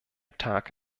tag